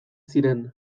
ziren